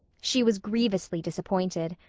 she was grievously disappointed.